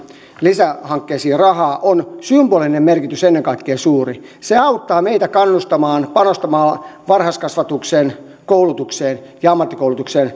lisähankkeisiin rahaa on ennen kaikkea symbolinen merkitys suuri se auttaa meitä kannustamaan panostamalla varhaiskasvatukseen koulutukseen ja ammattikoulutukseen